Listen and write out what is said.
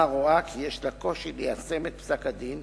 רואה כי יש לה קושי ליישם את פסק-הדין,